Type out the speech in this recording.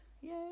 Yay